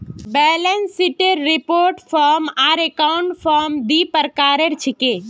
balance शीटेर report form आर account form दी प्रकार छिके